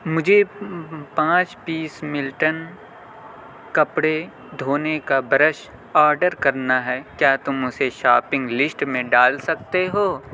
مجھے پانچ piece Milton کپڑے دھونے کا برش آڈر کرنا ہے کیا تم اسے شاپنگ لسٹ میں ڈال سکتے ہو